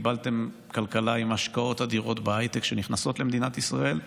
קיבלתם כלכלה עם השקעות אדירות בהייטק שנכנסות למדינת ישראל,